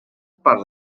parts